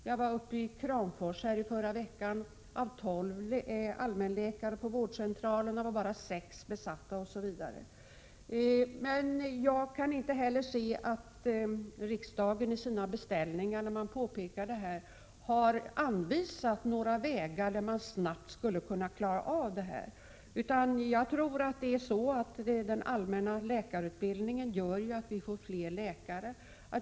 Jag var uppe i Kramfors i förra veckan. Av tolv allmänläkartjänster på vårdcentralen har man bara sex besatta osv. Jag kan inte heller se att riksdagen i sina beställningar när man har påpekat detta har anvisat några vägar för att man snabbt skulle kunna klara av detta. Jag tror att den allmänna läkarutbildningen gör att vi får flera läkare.